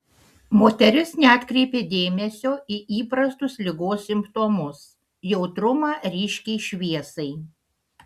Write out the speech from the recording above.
moteris neatkreipė dėmesio į įprastus ligos simptomus jautrumą ryškiai šviesai